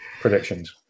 predictions